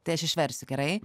tai aš išversiu gerai